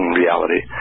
reality